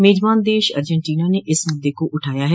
मेजबान देश अर्जेन्टीना ने इस मुद्दे को उठाया है